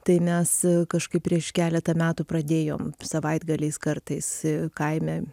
tai mes kažkaip prieš keletą metų pradėjom savaitgaliais kartais kaime